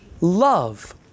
love